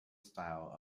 style